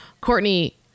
Courtney